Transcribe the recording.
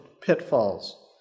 pitfalls